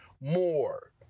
more